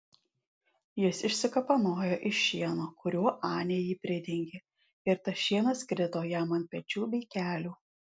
jis išsikapanojo iš šieno kuriuo anė jį pridengė ir tas šienas krito jam ant pečių bei kelių